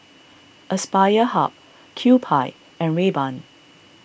Aspire Hub Kewpie and Rayban